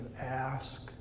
ask